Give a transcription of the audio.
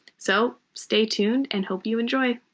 so stay tuned, and hope you enjoy.